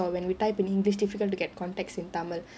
or when we type in english difficult to get context in tamil